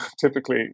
typically